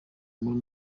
müller